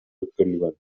өткөрүлгөн